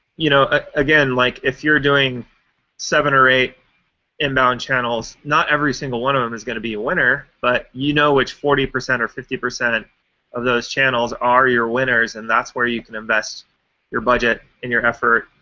you know ah again, like if you're doing seven or eight inbound channels, not every single one of them is going to be a winner, but you know which forty percent or fifty percent of those channels are your winners. and that's where you can invest your budget and your effort.